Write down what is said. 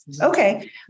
Okay